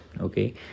okay